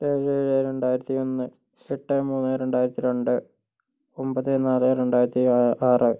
ഏഴ് ഏഴ് രണ്ടായിരത്തി ഒന്ന് എട്ട് മൂന്ന് രണ്ടായിരത്തി രണ്ട് ഒമ്പത് നാല് രണ്ടായിരത്തി ആറ്